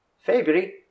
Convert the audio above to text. February